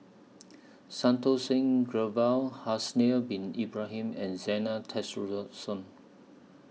Santokh Singh Bin Ibrahim and Zena